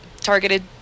targeted